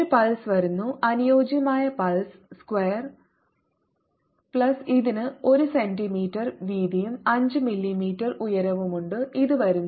ഒരു പൾസ് വരുന്നു അനുയോജ്യമായ പൾസ് സ്ക്വയർ പൾസ് ഇതിന് 1 സെന്റീമീറ്റർ വീതിയും 5 മില്ലിമീറ്റർ ഉയരവുമുണ്ട് ഇത് വരുന്നു